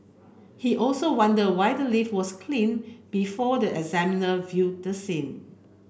he also wondered why the lift was cleaned before the examiner viewed the scene